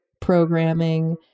programming